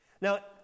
Now